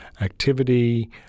activity